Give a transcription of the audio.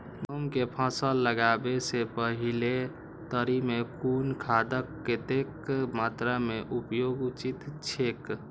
गेहूं के फसल लगाबे से पेहले तरी में कुन खादक कतेक मात्रा में उपयोग उचित छेक?